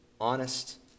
honest